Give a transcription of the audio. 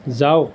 যাওক